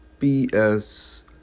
BS